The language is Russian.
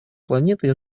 планеты